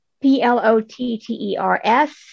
P-L-O-T-T-E-R-S